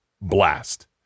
blast